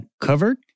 covered